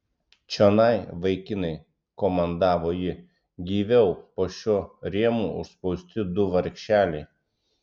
čionai vaikinai komandavo ji gyviau po šiuo rėmo užspausti du vargšeliai